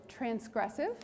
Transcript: transgressive